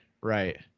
right